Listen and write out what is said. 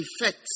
effects